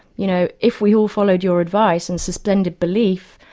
you know, if we all followed your advice and suspended belief,